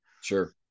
Sure